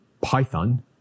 Python